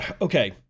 okay